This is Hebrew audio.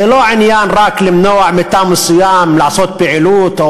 זה לא עניין רק למנוע מתא מסוים לעשות פעילות,